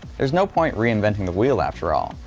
there's no point reinventing the wheel after all,